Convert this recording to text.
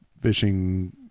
fishing